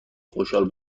خشحال